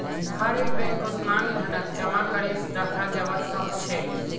हरेक बैंकत मांग धनक जमा करे रखाल जाबा सखछेक